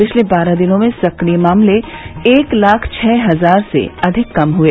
पिछले बारह दिनों में सक्रिय मामले एक लाख छः हजार से अधिक कम हुए